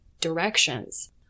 directions